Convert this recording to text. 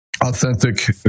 authentic